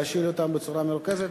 לשאול אותם בצורה מרוכזת